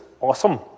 Awesome